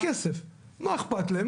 מה אכפת להם.